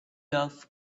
love